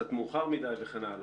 אבל זה קצת מאוחר מדי וכן הלאה.